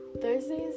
Thursdays